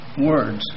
words